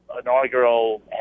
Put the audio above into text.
inaugural